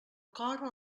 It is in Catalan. cor